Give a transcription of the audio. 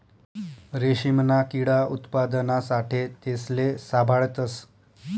रेशीमना किडा उत्पादना साठे तेसले साभाळतस